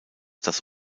das